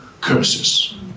curses